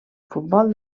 futbol